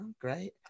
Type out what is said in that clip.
great